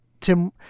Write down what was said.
Tim